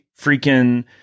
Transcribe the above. freaking